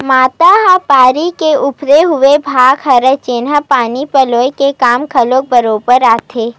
मांदा ह बाड़ी के उभरे हुए भाग हरय, जेनहा पानी पलोय के काम घलो बरोबर आथे